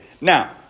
Now